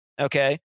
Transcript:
okay